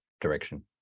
direction